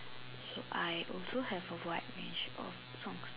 so I also have a wide range of songs